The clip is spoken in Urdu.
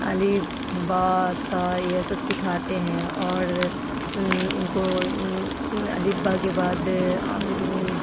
الف با تا یہ سب سکھاتے ہیں اور ان کو الف با کے بعد